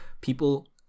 people